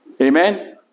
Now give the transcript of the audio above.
Amen